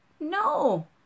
No